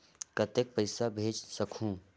कतेक पइसा भेज सकहुं?